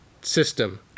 system